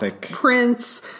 Prince